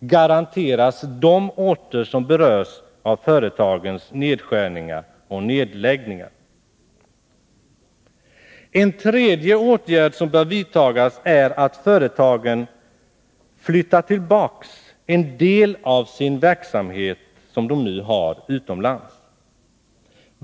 garanteras de orter som berörs av företagens nedskärningar och nedläggningar. En tredje åtgärd som bör vidtagas är att företagen till vårt land flyttar tillbaka en del av den verksamhet som de nu har utomlands.